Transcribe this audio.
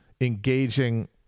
engaging